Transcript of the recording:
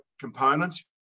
components